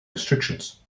restrictions